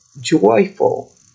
joyful